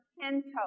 pinto